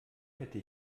hätte